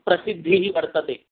प्रसिद्धिः वर्तते